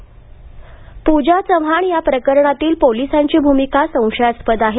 प्जा चव्हाण पूजा चव्हाण या प्रकरणातील पोलिसांची भूमिका संशयास्पद आहे